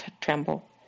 tremble